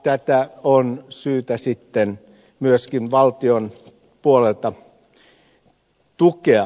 tätä on syytä sitten myöskin valtion puolelta tukea